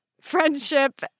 friendship